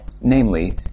namely